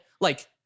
like-